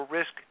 risk